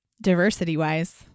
diversity-wise